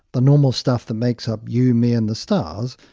the normal stuff that makes up you, me and the stars,